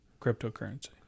cryptocurrency